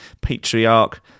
patriarch